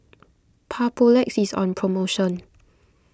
Papulex is on promotion